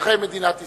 מאזרחי מדינת ישראל,